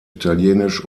italienisch